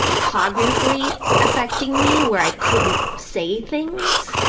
cognitively affecting me where i couldn't say things.